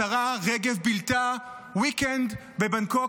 השרה רגב בילתה weekend בבנגקוק,